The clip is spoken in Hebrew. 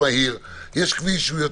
יש כביש מהיר,